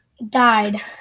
Died